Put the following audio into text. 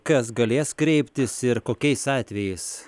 kas galės kreiptis ir kokiais atvejais